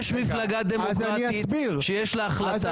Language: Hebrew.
יש מפלגה דמוקרטית שיש לה החלטה.